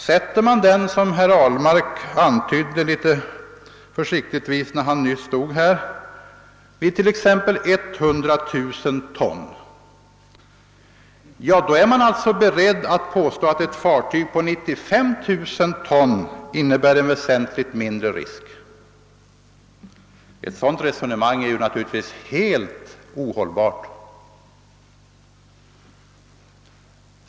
Sätter man den — som herr Ahlmark försiktigtvis antydde när han nyss stod här — vid t.ex. 100 000 ton, då är man alltså beredd att påstå att ett fartyg på 95 000 ton innebär en väsentligt mindre risk. Ett sådant resonemang är naturligtvis helt ohållbart.